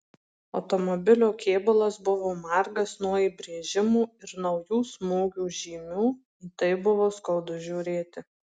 automobilio kėbulas buvo margas nuo įbrėžimų ir naujų smūgių žymių į tai buvo skaudu žiūrėti